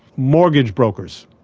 mortgage brokers.